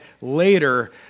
later